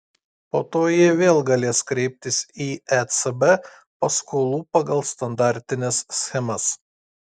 po to jie vėl galės kreiptis į ecb paskolų pagal standartines schemas